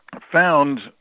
found